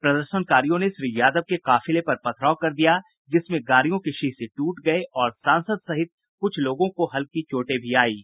प्रदर्शनकारियों ने श्री यादव के काफिले पर पथराव कर दिया जिसमें गाड़ियों के शीशे टूट गये और सांसद सहित कुछ लोगों को हल्की चोटें भी आयी हैं